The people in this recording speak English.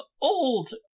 old